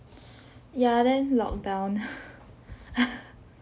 ya then lockdown